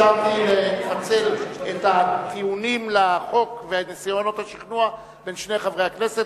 אישרתי לפצל את הטיעונים לחוק ואת ניסיונות השכנוע בין שני חברי הכנסת.